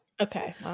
Okay